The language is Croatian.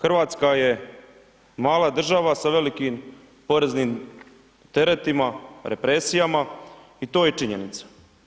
Hrvatska je mala država sa velikim poreznim teretima, represijama i to je činjenica.